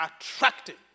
attracted